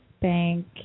Bank